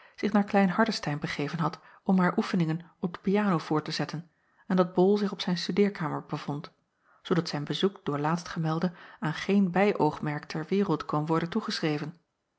zich naar lein ardestein begeven had om haar oefeningen op de piano voort te zetten en dat ol zich op zijn studeerkamer bevond zoodat zijn bezoek door laatstgemelde aan geen bijöogmerk ter wereld kon worden